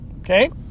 okay